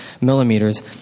millimeters